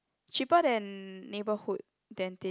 cheaper than neighborhood dentist